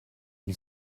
ils